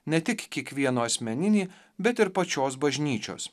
ne tik kiekvieno asmeninį bet ir pačios bažnyčios